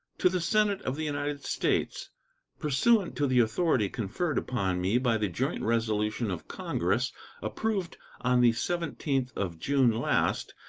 to the senate of the united states pursuant to the authority conferred upon me by the joint resolution of congress approved on the seventeenth of june last,